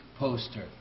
poster